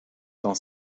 dans